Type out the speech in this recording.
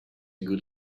good